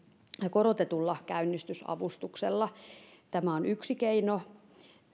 korotetulla käynnistysavustuksella tämä on yksi keino